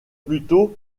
plutôt